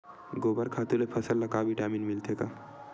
गोबर खातु ले फसल ल का विटामिन मिलथे का?